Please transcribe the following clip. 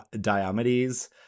Diomedes